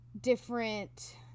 different